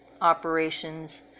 operations